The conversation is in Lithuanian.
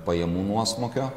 pajamų nuosmukio